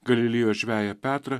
galilėjos žveją petrą